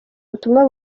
ubutumwa